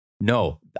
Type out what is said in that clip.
No